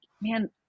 man